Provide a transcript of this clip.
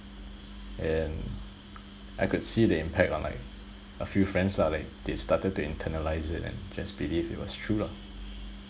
and I could see the impact on like a few friends lah like they started to internalise it and just believe it was true lah